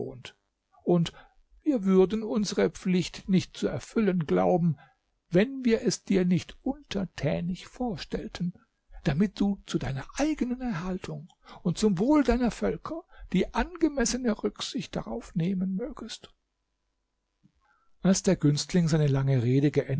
und wir würden unsere pflicht nicht zu erfüllen glauben wenn wir es dir nicht untertänig vorstellten damit du zu deiner eigenen erhaltung und zum wohl deiner völker die angemessene rücksicht darauf nehmen mögest als der günstling seine lange rede